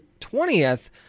20th